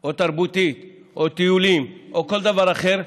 או תרבותית או טיולים או כל דבר אחר,